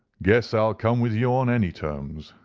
guess i'll come with you on any terms,